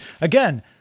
Again